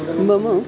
मम